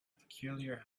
peculiar